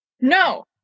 no